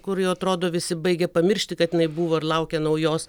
kur jau atrodo visi baigia pamiršti kad jinai buvo ir laukia naujos